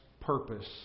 purpose